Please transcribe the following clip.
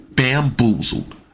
bamboozled